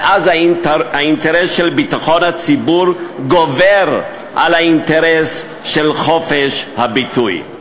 ואז האינטרס של ביטחון הציבור גובר על האינטרס של חופש הביטוי.